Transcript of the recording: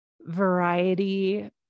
variety